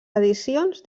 edicions